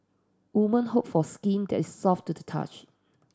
women hope for skin that is soft to the touch